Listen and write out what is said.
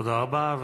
תודה רבה.